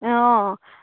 অঁ অঁ